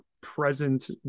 present